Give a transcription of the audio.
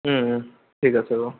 ঠিক আছে বাৰু